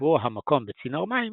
וחיבור המקום בצינור מים,